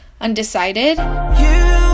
Undecided